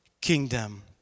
kingdom